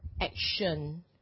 action